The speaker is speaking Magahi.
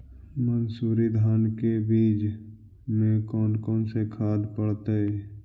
मंसूरी धान के बीज में कौन कौन से खाद पड़तै?